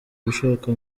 ibishoboka